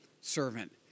servant